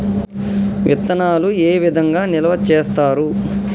విత్తనాలు ఏ విధంగా నిల్వ చేస్తారు?